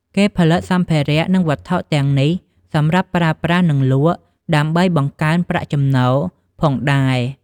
គេផលិតសម្ផារៈនិងវត្ថុទាំងសម្រាប់ប្រើប្រាសនិងលក់ដើម្បីបង្កើនប្រាក់ចំណូលផងដែរ។